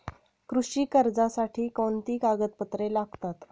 कृषी कर्जासाठी कोणती कागदपत्रे लागतात?